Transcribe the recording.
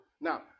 Now